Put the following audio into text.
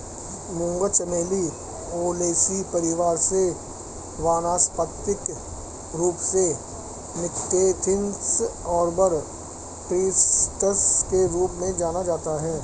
मूंगा चमेली ओलेसी परिवार से वानस्पतिक रूप से निक्टेन्थिस आर्बर ट्रिस्टिस के रूप में जाना जाता है